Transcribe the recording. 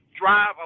drive